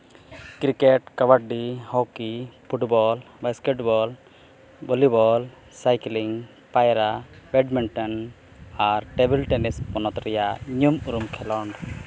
cricket kabaddi hockey football basketball volleyball cycling ᱯᱟᱭᱨᱟ badminton ᱟᱨ table tennis ᱯᱚᱱᱚᱛ ᱨᱮᱭᱟᱜ ᱧᱩᱢ ᱩᱨᱩᱢ ᱠᱷᱮᱞᱚᱸᱰ